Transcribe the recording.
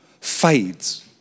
fades